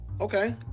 okay